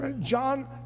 John